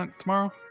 tomorrow